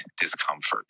discomfort